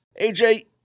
Aj